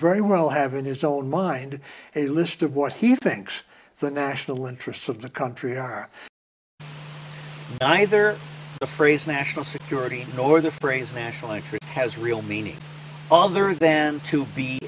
very well have in his own mind a list of what he thinks the national interests of the country are either the phrase national security or the phrase national life it has real meaning other than to be